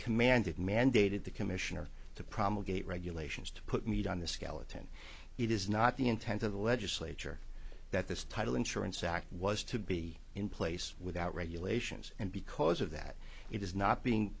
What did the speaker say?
commanded mandated the commissioner to promulgated regulations to put meat on the skeleton it is not the intent of the legislature that this title insurance act was to be in place without regulations and because of that it is not being